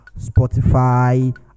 spotify